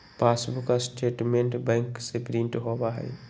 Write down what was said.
passbook statement bank से print होबा हई